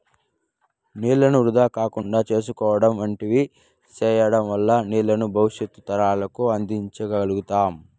నీళ్ళను వృధా కాకుండా చూసుకోవడం వంటివి సేయడం వల్ల నీళ్ళను భవిష్యత్తు తరాలకు అందించ గల్గుతాం